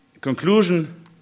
conclusion